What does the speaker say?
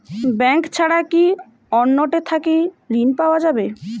Bank ছাড়া কি অন্য টে থাকি ঋণ পাওয়া যাবে?